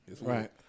Right